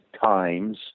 times